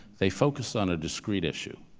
they focused on a discrete issue.